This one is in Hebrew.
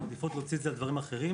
הם מעדיפות להוציא את זה על דברים אחרים